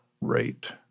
rate